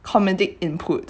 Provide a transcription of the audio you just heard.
comedic input